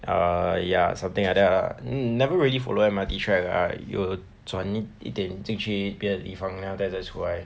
err ya something like that lah never really follow M_R_T track lah 有转一点进去一边地方 then after that 再出来